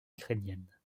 ukrainienne